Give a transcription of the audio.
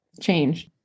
change